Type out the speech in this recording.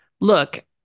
look